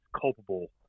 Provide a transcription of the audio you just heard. culpable